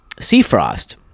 Seafrost